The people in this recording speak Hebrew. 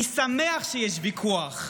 אני שמח שיש ויכוח,